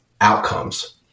outcomes